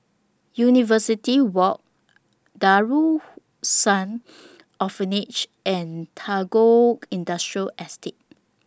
University Walk Darul Ihsan Orphanage and Tagore Industrial Estate